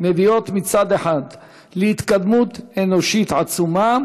מביאות מצד אחד להתקדמות אנושית עצומה,